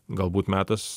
galbūt metas